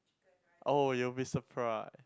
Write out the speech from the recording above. oh you'll be surprised